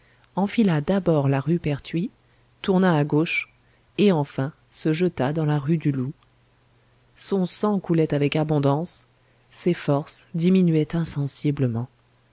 enfila d'abord la rue perthuis tourna à gauche et enfin se jeta dans la rue du loup son sang coulait avec abondance ses forces diminuaient insensiblement